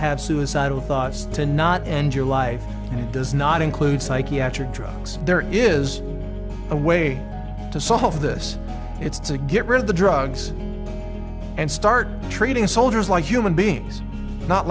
have suicidal thoughts to not end your life does not include psychiatric drugs there is a way to solve this it's to get rid of the drugs and start treating soldiers like human beings not